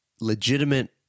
legitimate